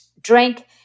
drink